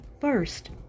first